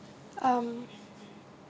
um